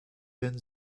been